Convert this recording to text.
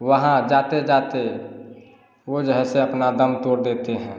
वहाँ जाते जाते वह जो है सो अपना दम तोड़ देते हैं